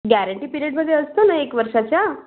guarantee पिरयडमध्ये असतो ना एक वर्षाच्या